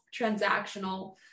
transactional